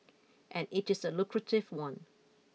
and it is a lucrative one